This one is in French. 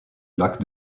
lac